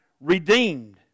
redeemed